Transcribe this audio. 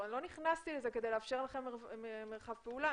כדי לאפשר לכם מרחב פעולה.